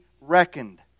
reckoned